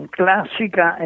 classica